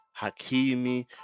Hakimi